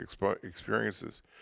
experiences